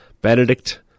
Benedict